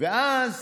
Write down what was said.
ואז